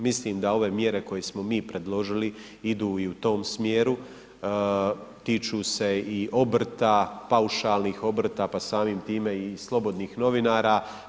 Mislim da ove mjere koje smo mi predložili idu i u tom smjeru, tiču se i obrta, paušalnih obrta pa samim time i slobodnih novinara.